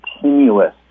continuous